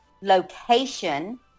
location